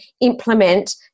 implement